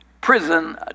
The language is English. prison